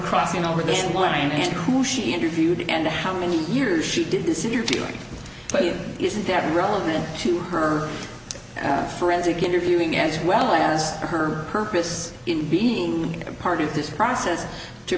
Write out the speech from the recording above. crossing over this morning and who she interviewed and how many years she did this interview but it isn't that relevant to her forensic interview ng as well as her purpose in being a part of this process to